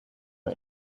for